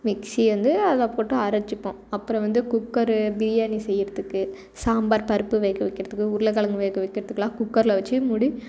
மிக்ஸியை வந்து அதில் போட்டு அரைச்சிப்போம் அப்பறம் வந்து குக்கர் பிரியாணி செய்கிறதுக்கு சாம்பார் பருப்பு வேக வைக்கிறதுக்கு உருளக்கிலங்கு வேக வைக்கிறதுக்குலாம் குக்கர்ல வச்சு மூடி